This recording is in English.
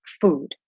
food